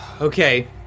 Okay